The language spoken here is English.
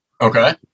Okay